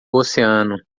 oceano